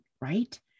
right